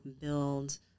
build